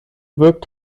wirkt